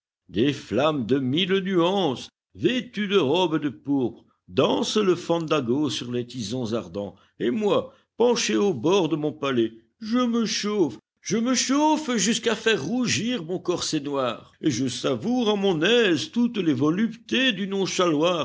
des flammes de mille nuances vêtues de robes de pourpre dansent le fandango sur les tisons ardents et moi penché au bord de mon palais je me chauffe je me chauffe jusqu'à faire rougir mon corset noir et je savoure à mon aise toutes les voluptés du nonchaloir